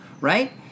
Right